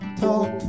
talk